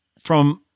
from-